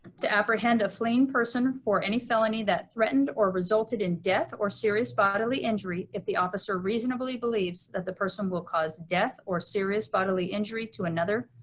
to apprehend a fleeing person for any felony that threatened or resulted in death or serious bodily injury, if the officer reasonably believes that the person will cause death or serious bodily injury to another,